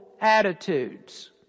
attitudes